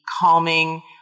calming